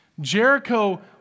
Jericho